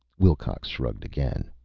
wilcox shrugged again.